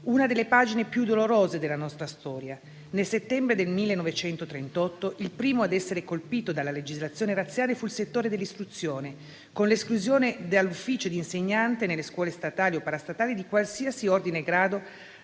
una delle pagine più dolorose della nostra storia. Nel settembre del 1938, il primo ad essere colpito dalla legislazione razziale fu il settore dell'istruzione, con l'esclusione degli ebrei dall'ufficio di insegnante nelle scuole statali o parastatali di qualsiasi ordine e grado,